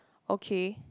okay